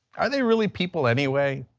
are they really people anyway?